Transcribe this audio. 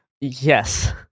Yes